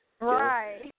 Right